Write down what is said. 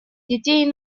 детей